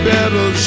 Better